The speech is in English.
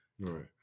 Right